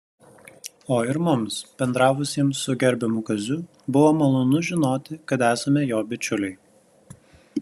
o ir mums bendravusiems su gerbiamu kaziu buvo malonu žinoti kad esame jo bičiuliai